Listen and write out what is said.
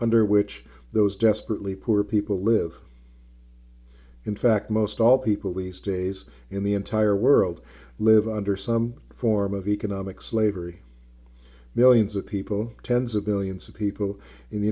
under which those desperately poor people live in fact most all people leastways in the entire world live under some form of economic slavery millions of people tens of millions of people in the